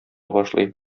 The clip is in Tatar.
башлый